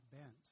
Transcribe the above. bent